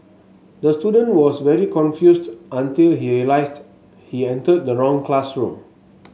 the student was very confused until he realised he entered the wrong classroom